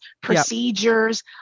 procedures